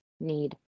need